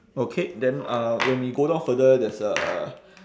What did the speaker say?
okay then uh when we go down further there's a